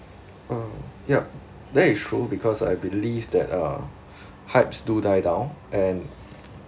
uh yup that is true because I believe that uh hypes do die down and